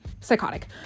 psychotic